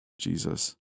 Jesus